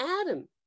Adam